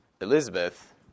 Elizabeth